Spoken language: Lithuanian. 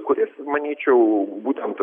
kuris manyčiau būtent